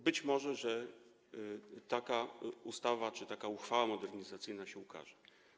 Być może taka ustawa czy taka uchwała modernizacyjna się ukaże.